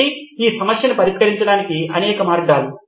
కాబట్టి ఈ సమస్యను పరిష్కరించడానికి అనేక మార్గాలు